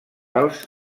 als